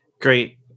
great